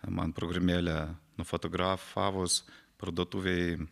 man programėlę nufotografavus parduotuvėj